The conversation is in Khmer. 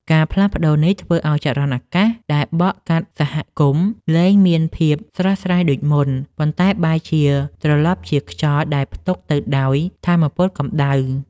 ការផ្លាស់ប្តូរនេះធ្វើឱ្យចរន្តអាកាសដែលបក់កាត់សហគមន៍លែងមានភាពស្រស់ស្រាយដូចមុន ប៉ុន្តែបែរជាត្រឡប់ជាខ្យល់ដែលផ្ទុកទៅដោយថាមពលកម្ដៅ។